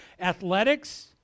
athletics